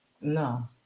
no